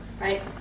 right